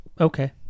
okay